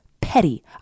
petty